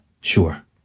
sure